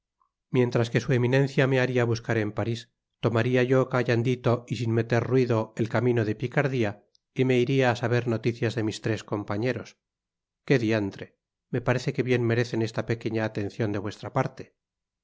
mientras que su eminencia me haria bascar en parís tomaría yo callandito y sin meter ruido el camino de picardia y me iria á saber noticias de mis tres compañeros que diantre me parece que bien merecen esta pequeña atencion de vuestra parte